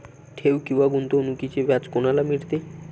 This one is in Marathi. ठेव किंवा गुंतवणूकीचे व्याज कोणाला मिळते?